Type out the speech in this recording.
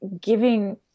giving